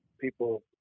people